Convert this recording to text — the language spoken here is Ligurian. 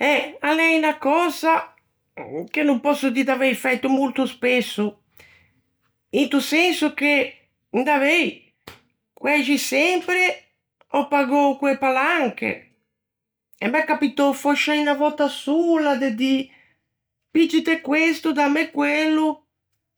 Eh, a l'é unna cösa che no pòsso dî d'avei fæto molto spesso, into senso che in davei, quæxi sempre ò pagou co-e palanche, e m'é capitou fòscia unna vòtta sola de dî "piggite questo e damme quello,